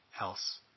else